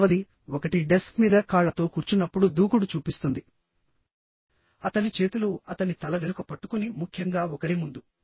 ఐదవది ఒకటి డెస్క్ మీద కాళ్లతో కూర్చున్నప్పుడు దూకుడు చూపిస్తుంది అతని చేతులు అతని తల వెనుక పట్టుకొని ముఖ్యంగా ఒకరి ముందు